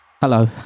Hello